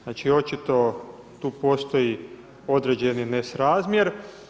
Znači očito tu postoji određeni nesrazmjer.